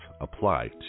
apply